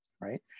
right